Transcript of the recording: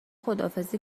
خداحافظی